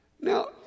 Now